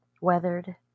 weathered